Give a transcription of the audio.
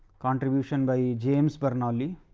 contribution by yeah james bernoulli